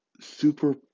super